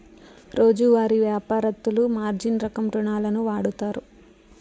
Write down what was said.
రోజువారీ యాపారత్తులు మార్జిన్ రకం రుణాలును వాడుతారు